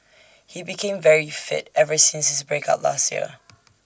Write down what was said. he became very fit ever since his break up last year